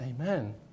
Amen